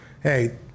hey